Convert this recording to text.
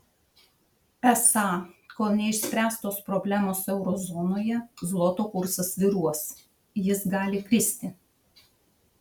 esą kol neišspręstos problemos euro zonoje zloto kursas svyruos jis gali kristi